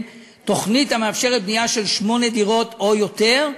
תוכנית המאפשרת בנייה של שמונה דירות או יותר.